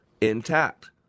intact